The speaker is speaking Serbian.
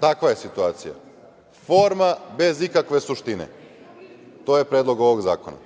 Takva je situacija. Forma bez ikakve suštine, to je predlog ovog zakona.